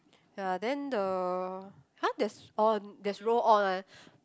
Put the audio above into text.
ya then the !huh! there's on there's roll on one